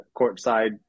courtside